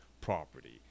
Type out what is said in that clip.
property